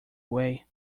way